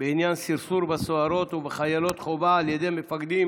בעניין סרסור בסוהרות ובחיילות חובה על ידי מפקדים